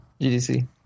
gdc